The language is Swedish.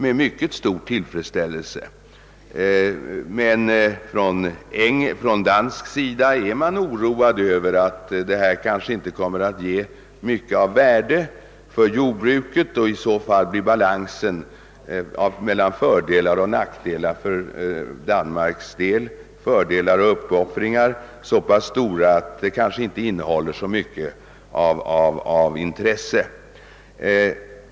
På danskt håll är man dock orolig för att en sådan uppgörelse kanske inte kommer att ge så mycket av värde för jordbruket, och i så fall blir för Danmarks del balansen mellan fördelar och uppoffringar sådan att det hela inte ter sig så lockande för danskarna.